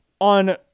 On